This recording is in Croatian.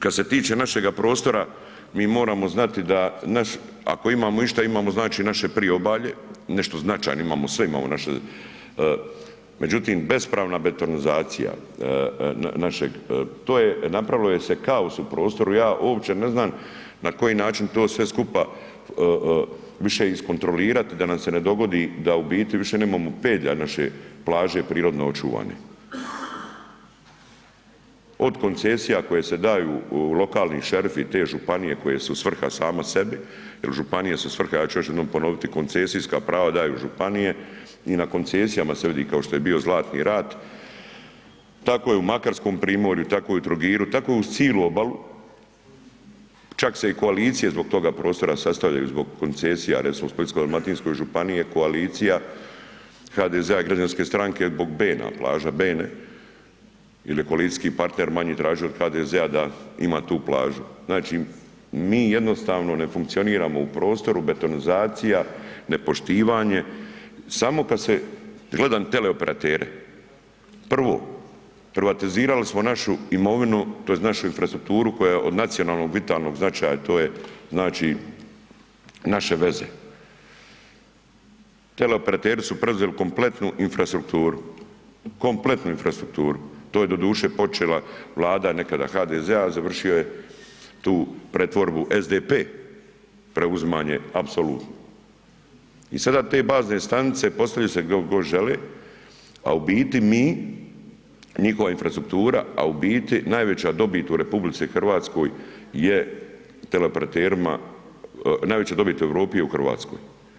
Kad se tiče našega prostora mi moramo znati da naš, ako imamo išta imamo znači naše Priobalje, nešto značajno imamo, sve imamo naše, međutim bespravna betonizacija našeg, to je, napravilo je se kaos u prostoru, ja uopće ne znan na koji način to sve skupa više iskontrolirat da nam se ne dogodi da u biti više nemamo pedlja naše plaže prirodno očuvane, od koncesija koje se daju u lokalni šerifi i te županije koje su svrha same sebi jel županije su svrha, još jednom ponoviti, koncesijska prava daju županije i na koncesijama se vidi kao što je bio Zlatni rat, tako je i u Makarskom primorju, tako je i u Trogiru, tako je uz cilu obalu, čak se i koalicije zbog toga prostora sastavljaju zbog koncesija, recimo u Splitsko-dalmatinskoj županiji je koalicija HDZ-a i građanske stranke zbog Bena, plaža Bene jel je koalicijski partner manji tražio od HDZ-a da ima tu plažu, znači mi jednostavno ne funkcioniramo u prostoru betonizacija, nepoštivanje, samo kad se, gledam teleoperatere, prvo, privatizirali smo našu imovinu tj. našu infrastrukturu koja je od nacionalnog vitalnog značaja, to je znači naše veze, teleoperateri su preuzeli kompletnu infrastrukturu, kompletnu infrastrukturu, to je doduše počela Vlada nekada HDZ-a završio je tu pretvorbu SDP preuzimanje apsolutno i sada te bazne stanice postavljaju se gdje god žele, a u biti mi, njihova infrastruktura, a u biti najveća dobit u RH je teleoperatima, najveća dobit u Europi je u RH.